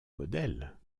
modèles